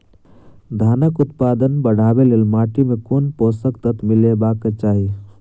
धानक उत्पादन बढ़ाबै लेल माटि मे केँ पोसक तत्व मिलेबाक चाहि?